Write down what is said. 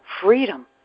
freedom